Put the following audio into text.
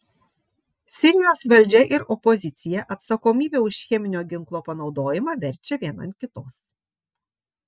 sirijos valdžia ir opozicija atsakomybę už cheminio ginklo panaudojimą verčia viena ant kitos